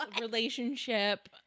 relationship